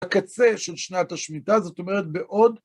הקצה של שנת השמיטה, זאת אומרת, בעוד...